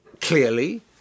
Clearly